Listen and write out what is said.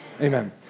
Amen